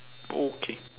okay